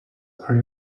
are